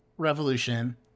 Revolution